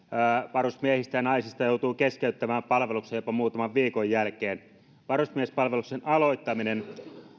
varusmiehistä ja naisista joutuu keskeyttämään palveluksen jopa muutaman viikon jälkeen varusmiespalveluksen aloittaminen